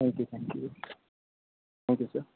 thank you thank you thank you sir